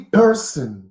person